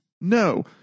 No